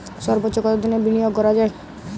সর্বোচ্চ কতোদিনের বিনিয়োগ করা যায়?